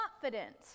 confident